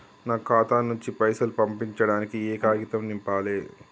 నా ఖాతా నుంచి పైసలు పంపించడానికి ఏ కాగితం నింపాలే?